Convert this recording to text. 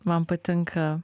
man patinka